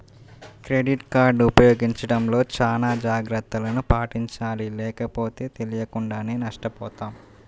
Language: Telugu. క్రెడిట్ కార్డు ఉపయోగించడంలో చానా జాగర్తలను పాటించాలి లేకపోతే తెలియకుండానే నష్టపోతాం